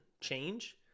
change